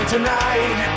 Tonight